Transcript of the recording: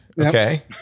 okay